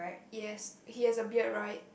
yes he has a beard right